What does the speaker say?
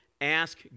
ask